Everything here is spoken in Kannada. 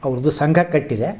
ಅವ್ರದ್ದು ಸಂಘ ಕಟ್ಟಿದೆ